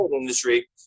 industry